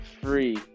free